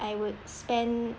I would spend